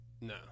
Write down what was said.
No